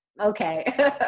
okay